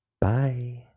Bye